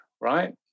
right